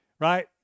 right